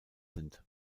sind